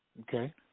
Okay